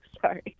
Sorry